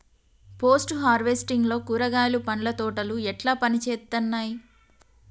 Post harvesting లో కూరగాయలు పండ్ల తోటలు ఎట్లా పనిచేత్తనయ్?